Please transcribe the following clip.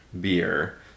beer